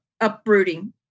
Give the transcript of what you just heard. uprooting